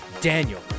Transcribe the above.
Daniel